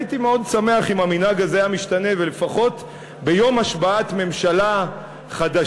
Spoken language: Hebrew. הייתי מאוד שמח אם המנהג הזה היה משתנה ולפחות ביום השבעת ממשלה חדשה,